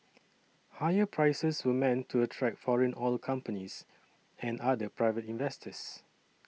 higher prices were meant to attract foreign oil companies and other private investors